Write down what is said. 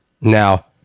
Now